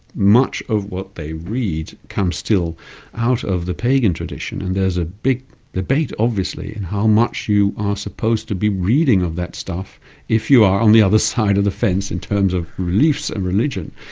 much of what they read comes still out of the pagan tradition, and there's a bit debate, obviously, on and how much you are supposed to be reading of that stuff if you are on the other side of the fence in terms of beliefs and religion.